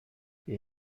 die